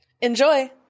Enjoy